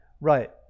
Right